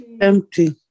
Empty